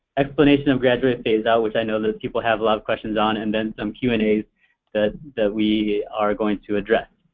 explanation of graduated phaseout, which i know that people have a lot of questions on and then some q and as that that we are going to address.